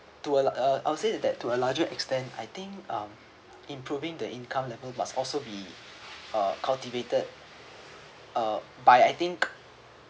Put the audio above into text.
to uh uh I would say that to a larger extent I think um improving the income level must also be uh cultivated uh by I think